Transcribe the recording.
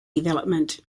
development